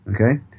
okay